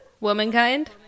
Womankind